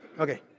Okay